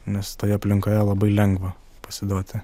nes toje aplinkoje labai lengva pasiduoti